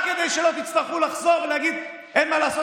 רק כדי שלא תצטרכו לחזור ולהגיד: אין מה לעשות,